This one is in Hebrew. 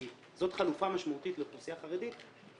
כי זאת חלופה משמעותית לאוכלוסייה חרדית,